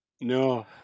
No